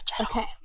Okay